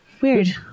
weird